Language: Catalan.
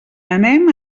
anem